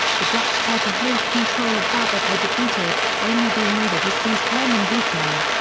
the dutch tried to hold control of bahia but were defeated, only being able to seize pernambuco.